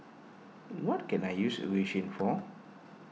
what can I use Eucerin for